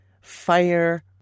fire